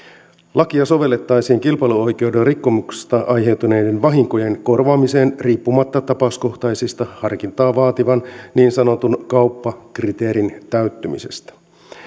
lakia sovellettaisiin kilpailuoikeuden rikkomuksista aiheutuneiden vahinkojen korvaamiseen riippumatta tapauskohtaista harkintaa vaativan niin sanotun kauppakriteerin täyttymisestä